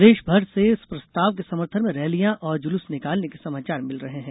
प्रदेश भर से इस प्रस्ताव के समर्थन में रैलियां और जुलूस निकालने के समाचार मिल रहे हैं